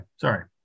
sorry